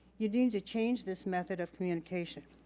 you need to change this method of communication.